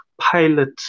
pilot